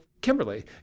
Kimberly